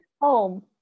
home